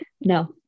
No